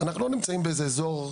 אנחנו לא נמצאים באיזה אזור מרוחק,